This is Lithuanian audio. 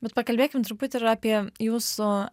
bet pakalbėkim truputį ir apie jūsų